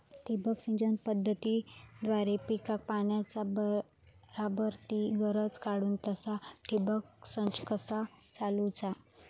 ठिबक सिंचन पद्धतीद्वारे पिकाक पाण्याचा बराबर ती गरज काडूक तसा ठिबक संच कसा चालवुचा?